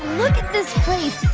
look at this place.